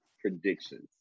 predictions